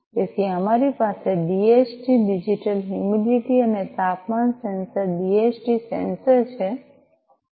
તેથી અમારી પાસે ડીએચટી ડિજિટલ હયુમીડિટી અને તાપમાન સેન્સર ડીએચટી સેન્સર છે